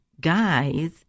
guys